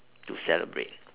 to celebrate